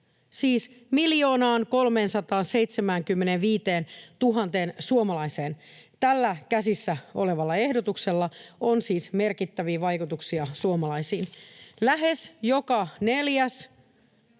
siis 1 375 000 suomalaiseen. Tällä käsissä olevalla ehdotuksella on siis merkittäviä vaikutuksia suomalaisiin. Lähes joka neljäs